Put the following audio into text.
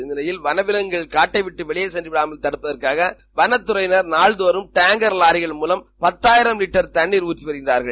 இந்நிலையில் வளவிலங்குகள் காட்டைவிட்டு சென்றுவிடாமல் தடுப்பதற்காக வனத்தறையினர் நாள்தோறும் டேங்கர் லாரிகள் மூலம் பத்தாயிரம் லிட்டர் ஊற்றி வருகின்றனர்